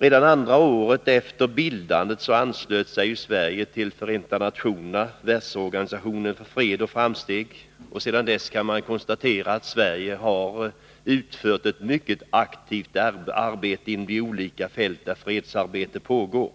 Redan andra året efter bildandet anslöt sig Sverige till Förenta nationerna, världsorganisationen för fred och framsteg. Sedan dess kan man konstatera att Sverige har utfört ett mycket aktivt arbete inom de olika fält där fredsarbete pågår.